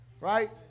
Right